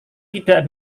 tidak